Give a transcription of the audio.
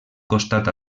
costat